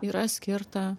yra skirta